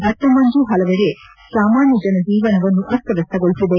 ದಟ್ಟ ಮಂಜು ಹಲವೆಡೆ ಸಾಮಾನ್ಯ ಜನ ಜೀವನವನ್ನು ಅಸ್ತವಸ್ತಗೊಳಿಸಿದೆ